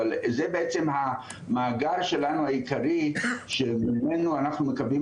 אבל זה בעצם המעגל שלנו העיקרי שממנו אנחנו מקווים